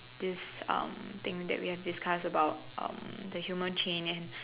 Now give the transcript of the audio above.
this um thing that we have discuss about um the human chain and